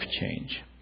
change